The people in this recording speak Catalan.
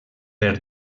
per